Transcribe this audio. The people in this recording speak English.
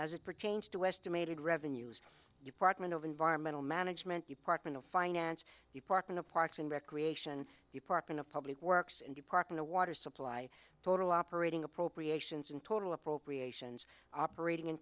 as it pertains to estimated revenues you partment of environmental management department of finance department of parks and recreation department of public works and department of water supply total operating appropriations and total appropriations operating in